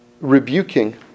rebuking